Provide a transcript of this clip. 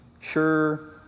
sure